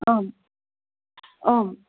आम् आम्